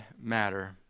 matter